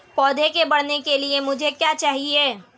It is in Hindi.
पौधे के बढ़ने के लिए मुझे क्या चाहिए?